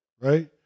right